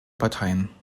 parteien